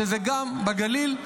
גם בגליל,